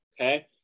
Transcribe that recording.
Okay